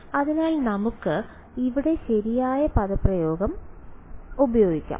അതിനാൽ നമുക്ക് ഇവിടെ ശരിയായ പദപ്രയോഗം ഉപയോഗിക്കാം